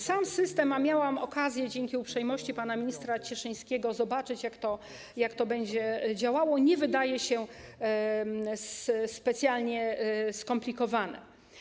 Sam system - a miałam okazję dzięki uprzejmości pana ministra Cieszyńskiego zobaczyć, jak to będzie działało - nie wydaje się specjalnie skomplikowany.